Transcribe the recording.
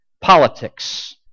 Politics